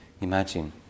Imagine